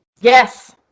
Yes